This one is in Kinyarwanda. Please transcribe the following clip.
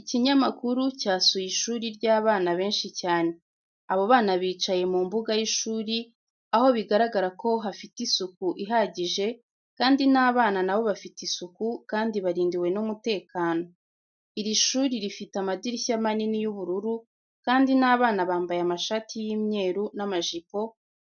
Ikinyamakuru cyasuye ishuri ry'abana benshi cyane, abo bana bicaye mu mbuga y'ishuri aho bigaragara ko hafite isuku ihagije kandi n'abana na bo bafite isuku kandi barindiwe n'umutekano, iri shuri rifite amadirishya manini y'ubururu kandi n'abana bambaye amashati y'imyeru n'amajipo